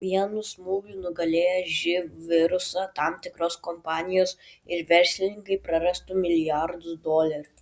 vienu smūgiu nugalėję živ virusą tam tikros kompanijos ir verslininkai prarastų milijardus dolerių